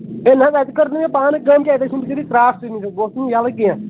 ہے نہٕ حظ اَسہِ کٔر نہٕ یہِ پانہٕ کأم کیٚنٛہہ اَتہِ أسۍ بہٕ اوسُس نہٕ یَلہٕ کیٚنٛہہ